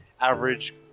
average